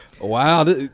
Wow